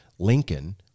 Lincoln